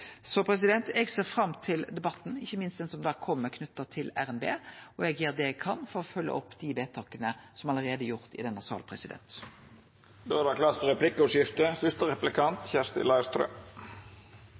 Eg ser fram til debatten, ikkje minst den som kjem knytt til RNB, og eg gjer det eg kan for å følgje opp dei vedtaka som allereie er gjorde i denne salen. Det vert replikkordskifte. Kostnadene ved det grønne skiftet har kommet mye for